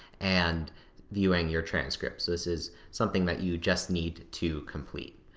and viewing your transcript, so this is something that you just need to complete.